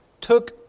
took